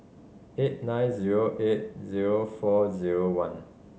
eight nine zero eight zero four zero one